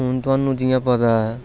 थुहानू जियां पता ऐ